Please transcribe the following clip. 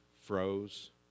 froze